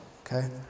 Okay